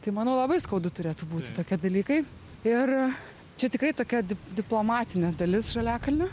tai manau labai skaudu turėtų būti tokie dalykai ir čia tikrai tokia diplomatinė dalis žaliakalnio